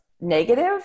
negative